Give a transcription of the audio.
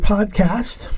Podcast